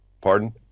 pardon